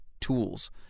tools